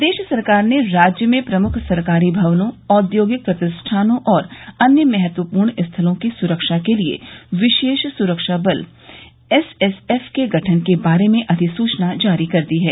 प्रदेश सरकार ने राज्य में प्रमुख सरकारी भवनों औद्योगिक प्रतिष्ठानों और अन्य महत्वपूर्ण स्थलों की सुरक्षा के लिये विशेष सुरक्षा बल एसएसएफ के गठन के बारे में अधिसूचना जारी कर दी है